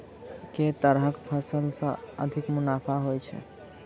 केँ तरहक फसल सऽ अधिक मुनाफा होइ छै?